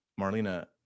Marlena